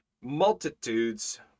Multitudes